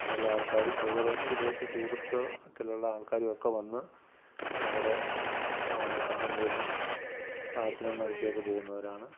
ഉള്ള ആൾക്കാരും അതുപോലെത്തന്നെ വിദേശ ടൂറിസത്തിലുള്ള ആൾക്കാരുമൊക്കെ വന്ന് അവിടെ കണ്ടും കേട്ടും പ്രാർത്ഥനയും നടത്തിയൊക്കെ പോകുന്നവരാണ്